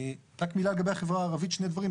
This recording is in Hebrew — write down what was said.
לגבי החברה הערבית, שני דברים.